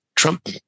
Trump